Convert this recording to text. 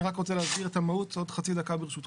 אני רק רוצה להסביר את המהות עוד חצי דקה ברשותך.